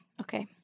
okay